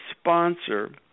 sponsor